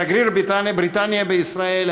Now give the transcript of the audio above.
שגריר בריטניה בישראל,